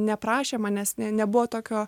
neprašė manęs ne nebuvo tokio